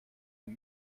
ein